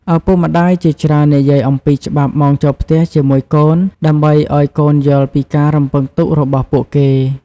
ឪពុកម្តាយជាច្រើននិយាយអំពីច្បាប់ម៉ោងចូលផ្ទះជាមួយកូន ដើម្បីឱ្យកូនយល់ពីការរំពឹងទុករបស់ពួកគេ។